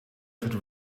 could